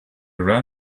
ran